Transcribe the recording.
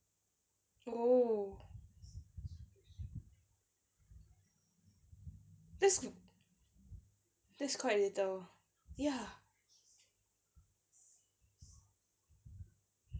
oh that's that's quite little ya